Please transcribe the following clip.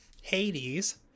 hades